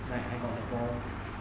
like I got the problem